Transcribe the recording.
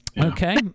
Okay